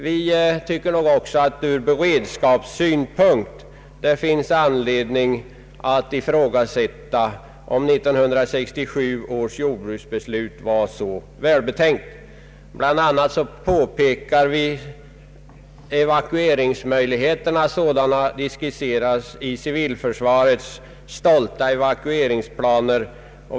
Vi anser också att det från beredskapssynpunkt finns anledning att ifrågasätta om 1967 års jordbruksbeslut var så välbetänkt. Bland annat påpekar vi evakueringsmöjligheterna sådana de skisseras i civilförsvarets stolta evakueringsplaner.